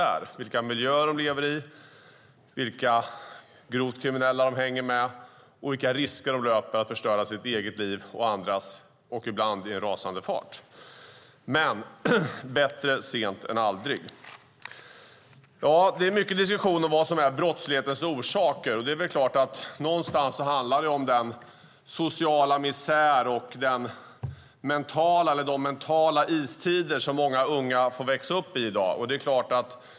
Det handlar om vilka miljöer de lever i, vilka grovt kriminella de hänger med och vilka risker de löper att förstöra sitt eget liv och andras, ibland i en rasande fart. Men bättre sent än aldrig. Det är mycket diskussion om vad som är brottslighetens orsaker. Det är klart att det någonstans handlar om den sociala misär eller de mentala istider som många unga i dag får växa upp i.